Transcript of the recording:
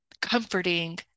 comforting